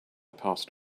passed